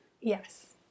Yes